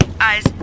eyes